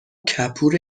کپور